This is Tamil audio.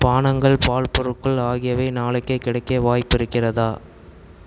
பானங்கள் பால் பொருட்கள் ஆகியவை நாளைக்கு கிடைக்க வாய்ப்பு இருக்கிறதா